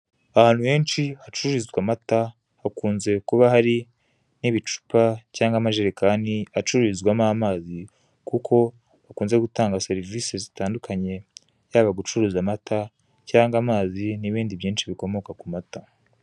Ahantu henshi hacururizwa amata hakunze kuba hari n'ibicupa cyangwa amajerekani acururizwamo amazi kuko hakunze gutangwa serivise zitandukanye yaba gucururiza amata cyangwa amazi n'ibindi byinshi bikomoka ku mata.